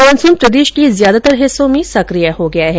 monsoon प्रदेश के ज्यादातर हिस्सों में सक्रिय हो गया है